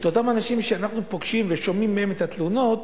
את אותם אנשים שאנחנו פוגשים ושומעים מהם את התלונות,